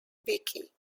vicki